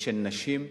ושל נשים,